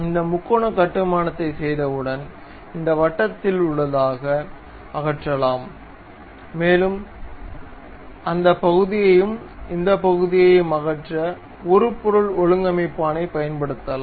இந்த முக்கோண கட்டுமானத்தைச் செய்தவுடன் இந்த வட்டத்தை உள்ளாக அகற்றலாம் மேலும் அந்த பகுதியையும் இந்த பகுதியையும் அகற்ற உருப்பொருள் ஒழுங்கமைப்பானை பயன்படுத்தலாம்